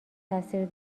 تاثیر